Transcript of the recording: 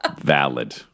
Valid